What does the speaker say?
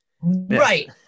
Right